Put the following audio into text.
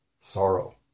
Sorrow